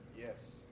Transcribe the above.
Yes